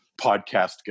podcast